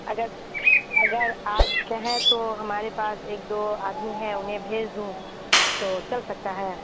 اگر اگر آپ کہیں تو ہمارے پاس ایک دو آدمی ہیں انہیں بھیج دوں تو چل سکتا ہے